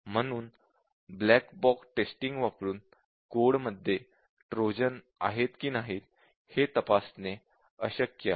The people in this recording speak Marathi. म्हणून ब्लॅक बॉक्स टेस्टिंग वापरून कोडमध्ये ट्रोजन आहेत की नाही हे तपासणे अशक्य आहे